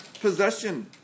possession